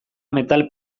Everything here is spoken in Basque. metal